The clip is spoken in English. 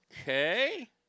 Okay